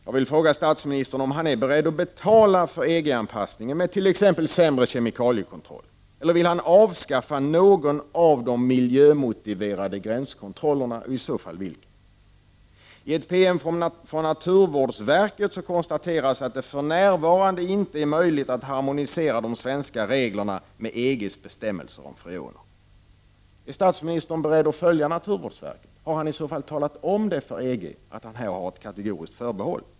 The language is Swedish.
Jag vill fråga statsministern om han är beredd att betala för EG-anpassningen med t.ex. sämre kemikaliekontroll eller genom att avskaffa någon av de miljömotiverade gränskontrollerna, i så fall vilken. I en promemoria från naturvårdsverket konstateras att det för närvarande inte är möjligt att harmonisera de svenska reglerna med EG:s bestämmelser om freoner. Är statministern beredd att ansluta sig till naturvårdsverkets synpunkter? Har statsministern i så fall talat om för EG att han har ett kategoriskt förbehåll?